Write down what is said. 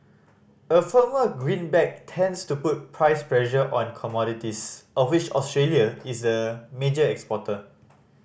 a firmer greenback tends to put price pressure on commodities of which Australia is a major exporter